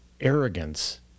arrogance